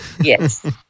Yes